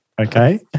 Okay